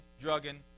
drugging